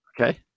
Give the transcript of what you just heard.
Okay